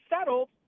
settled